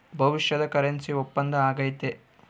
ಭವಿಷ್ಯದ ಕರೆನ್ಸಿ ಒಪ್ಪಂದ ಆಗೈತೆ